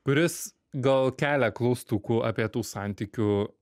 kuris gal kelia klaustukų apie tų santykių